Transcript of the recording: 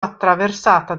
attraversata